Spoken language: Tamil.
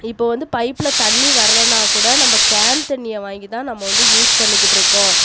இப்போ வந்து பைப்பில் தண்ணி வரலைனா கூட நம்ம கேன் தண்ணியை வாங்கிதான் நம்ம வந்து யூஸ் பண்ணிகிட்டு இருக்கோம்